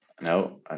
No